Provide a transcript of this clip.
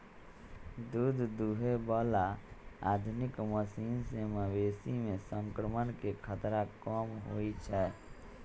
दूध दुहे बला आधुनिक मशीन से मवेशी में संक्रमण के खतरा कम होई छै